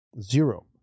Zero